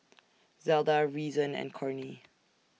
Zelda Reason and Cornie